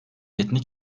etnik